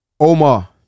Omar